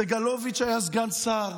סגלוביץ' היה סגן שר,